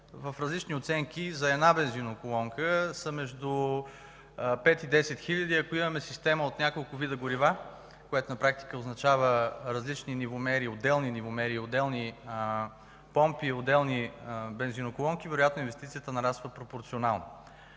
в различни оценки за една бензиноколонка са между 5 и 10 хиляди. Ако имаме система от няколко вида горива, което на практика означава различни нивомери – отделни нивомери, помпи и отделни бензиноколонки, вероятно инвестицията нараства пропорционално.